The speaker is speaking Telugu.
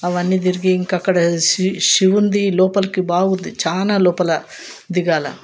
అవన్నీ తిరిగి ఇంకా అక్కడ శివు శివునిది లోపలికి బావి ఉంది చాలా లోపల దిగాలి